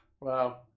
Wow